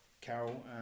Carol